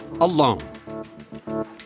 alone